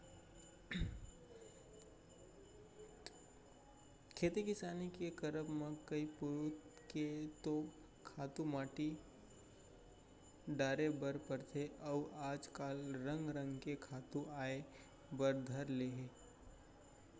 खेती किसानी के करब म कई पुरूत के तो खातू माटी डारे बर परथे अउ आज काल रंग रंग के खातू आय बर धर ले हे